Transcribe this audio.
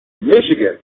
Michigan